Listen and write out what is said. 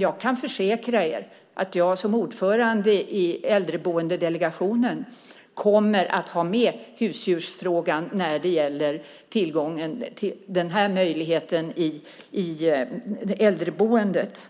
Jag kan försäkra er att jag som ordförande i Äldreboendedelegationen kommer att ha med husdjursfrågan när det gäller den här möjligheten i äldreboendet.